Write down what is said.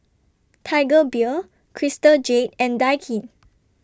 Tiger Beer Crystal Jade and Daikin